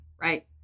right